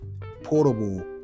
portable